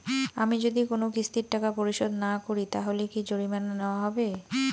আমি যদি কোন কিস্তির টাকা পরিশোধ না করি তাহলে কি জরিমানা নেওয়া হবে?